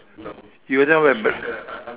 you don't have a bl~